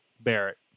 Barrett